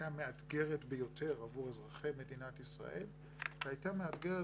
הייתה מאתגרת ביותר עבור אזרחי מדינת ישראל והייתה מאתגרת